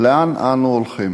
לאן אנו הולכים.